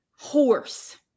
horse